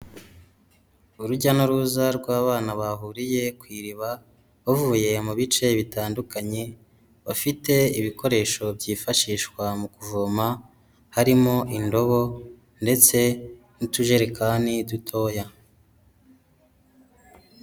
Urujya n'uruza rw'abana bahuriye ku iriba bavuye mu bice bitandukanye, bafite ibikoresho byifashishwa mu kuvoma harimo indobo ndetse n'utujerekani dutoya.